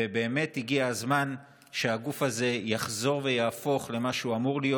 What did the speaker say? ובאמת הגיע הזמן שהגוף הזה יחזור ויהפוך למה שהוא אמור להיות,